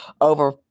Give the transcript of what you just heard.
over